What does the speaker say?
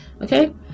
okay